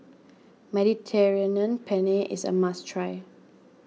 Mediterranean Penne is a must try